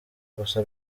gusa